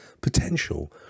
potential